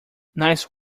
nice